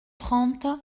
trente